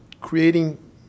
creating